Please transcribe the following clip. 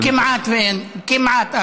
כמעט אין, כמעט.